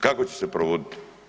Kako će se provodit?